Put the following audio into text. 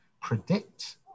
predict